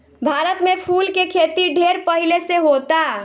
भारत में फूल के खेती ढेर पहिले से होता